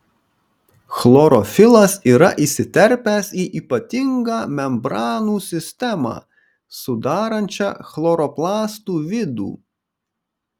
chlorofilas yra įsiterpęs į ypatingą membranų sistemą sudarančią chloroplastų vidų